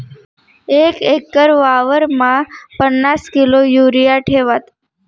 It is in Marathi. एक एकर वावरमा पन्नास किलो युरिया ठेवात